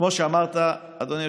כמו שאמרת, אדוני היושב-ראש,